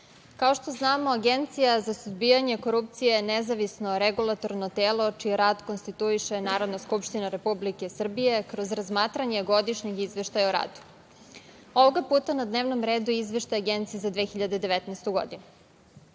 kao što znamo Agencija za suzbijanje korupcije je nezavisno regulatorno telo, čiji rad konstituiše Narodna skupština Republike Srbije kroz razmatranje godišnjeg izveštaja o radu. Ovoga puta na dnevnom redu je izveštaj Agencije za 2019. godinu.